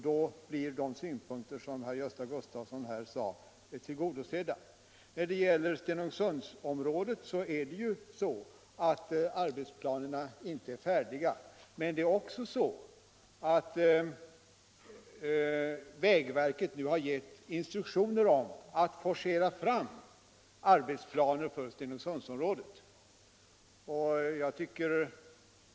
Då blir de synpunkter som Gösta Gustafsson här framlade tillgodosedda. När det gäller Stenungsundsområdet är ju arbetsplanerna inte färdiga, men vägverket har nu gett instruktioner om att man skall forcera fram arbetsplaner för Stenungsundsområdet.